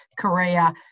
Korea